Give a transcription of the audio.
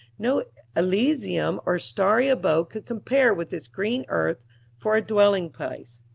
no elysium or starry abode could compare with this green earth for a dwellingplace.